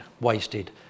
wasted